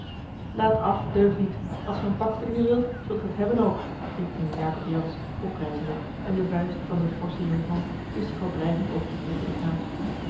laat af deugniet als ge een pak verdienen wilt zult ge t hebben ook riep nu jacob jansz oprijzende en de vuist van den forschen jonkman hief zich al dreigend op tegen den knaap